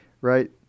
right